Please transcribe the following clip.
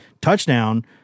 touchdown